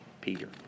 Peter